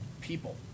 people